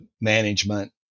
management